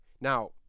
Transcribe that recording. now